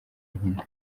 nkina